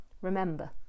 remember